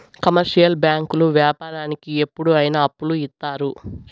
commercial బ్యాంకులు వ్యాపారానికి ఎప్పుడు అయిన అప్పులు ఇత్తారు